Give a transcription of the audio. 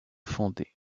fondée